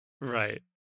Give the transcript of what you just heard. Right